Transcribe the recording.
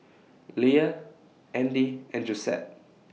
Leia Andy and Josette